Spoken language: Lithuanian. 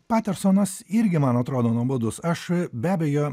patersonas irgi man atrodo nuobodus aš be abejo